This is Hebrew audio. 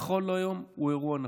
נכון להיום, הוא אירוע נפיץ.